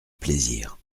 plaisir